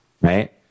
Right